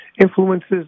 Influences